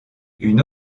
une